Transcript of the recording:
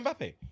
Mbappe